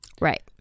Right